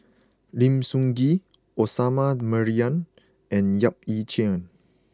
Lim Sun Gee Osman Merican and Yap Ee Chian